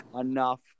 enough